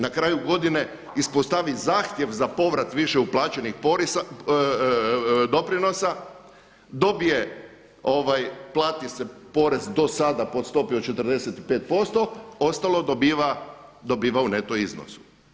Na kraju godine ispostavi zahtjev za povrat više uplaćenih doprinosa, dobije, plati se porez dosada po stopi od 45%, ostalo dobiva u neto iznosu.